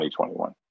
2021